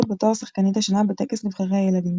בתואר "שחקנית השנה" בטקס נבחרי הילדים.